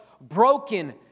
broken